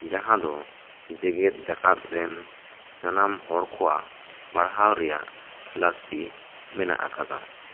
ᱡᱟᱦᱟᱸ ᱫᱚ ᱡᱮᱜᱮᱛ ᱡᱟᱠᱟᱛ ᱨᱮᱱ ᱥᱟᱱᱟᱢ ᱦᱚᱲ ᱠᱚᱣᱟᱜ ᱯᱟᱲᱦᱟᱣ ᱨᱮᱭᱟᱜ ᱞᱟᱹᱠᱛᱤ ᱢᱮᱱᱟᱜ ᱟᱠᱟᱫᱟ